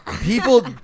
people